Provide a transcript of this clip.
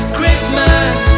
Christmas